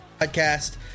podcast